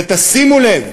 ותשימו לב,